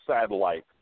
satellite